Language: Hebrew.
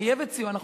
חייבת סיוע,